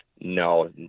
No